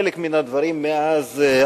חלק מהדברים מאז,